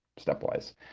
stepwise